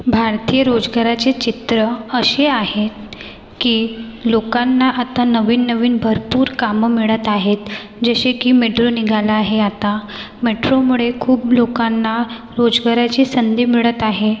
भारतीय रोजगाराचे चित्र असे आहे की लोकांना आता नवीन नवीन भरपूर कामं मिळत आहेत जसे की मेट्रो निघाला आहे आता मेट्रोमुळे खूप लोकांना रोजगाराची संधी मिळत आहे